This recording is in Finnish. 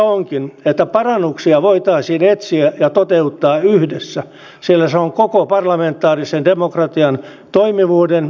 toivon että parannuksia voitaisiin etsiä ja toteuttaa näissä asioissa eduskunta on tulevissa lainsäädäntöhankkeissa yksimielinen